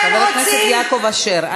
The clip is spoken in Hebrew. חבר הכנסת יעקב אשר,